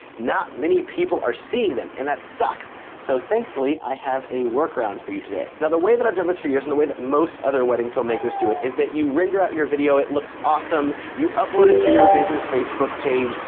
not many people are seeing them and that sucks! so, thankfully i have a workaround for you today. now the way that i've done this for years and the way that most other wedding filmmakers do it is that you render out your video, it looks awesome, you upload it to your business facebook page,